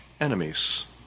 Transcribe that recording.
enemies